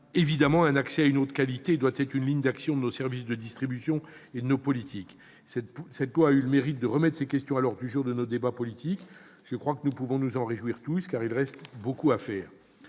tous, et l'accès à une eau de qualité une ligne d'action de nos services de distribution et de nos politiques. La loi Brottes a eu le mérite de remettre ces questions à l'ordre du jour de nos débats politiques. Je crois que nous pouvons tous nous en réjouir, car il reste beaucoup à faire.